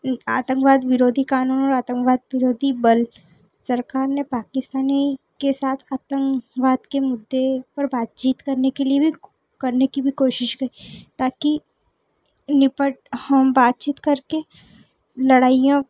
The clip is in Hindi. आतंकवाद विरोधी क़ानून और आतंकवाद विरोधी बल सरकार ने पाकिस्तान के साथ आतंकवादी के मुद्दे पर बातचीत करने के लिए भी करने की भी कोशिश की ताकि निपट हम बातचीत कर के लड़ाइयाँ